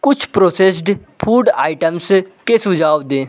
कुछ processed food items के सुझाव दें